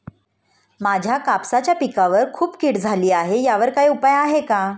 माझ्या कापसाच्या पिकावर खूप कीड झाली आहे यावर काय उपाय आहे का?